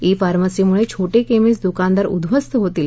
E फार्मसीमुळे छोटे chemist दुकानदार उद्दवस्त होतील